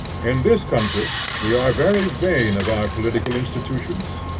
in this country we are very vain of our political institutions,